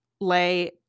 lay